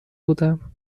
بودم